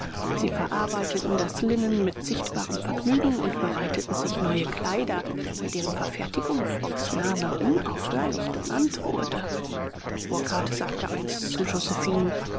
sie verarbeiteten das linnen mit sichtbarem vergnügen und bereiteten sich neue kleider bei deren verfertigung frocks name unaufhörlich genannt wurde burkhardt sagte einst zu josephinen